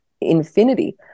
infinity